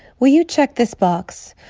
will you check this box?